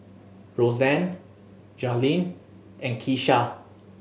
Rozanne Jailene and Kesha